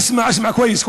(אומר בערבית: תשמע, תשמע טוב טוב,)